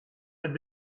had